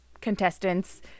contestants